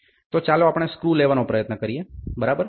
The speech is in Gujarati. તો ચાલો આપણે સ્ક્રૂ લેવાનો પ્રયત્ન કરીએ બરાબર